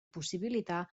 possibilitar